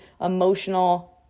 emotional